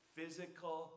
Physical